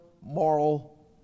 moral